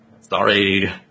Sorry